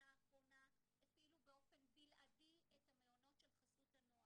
האחרונות הפעילו באופן בלעדי את המעונות של חסות הנוער.